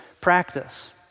practice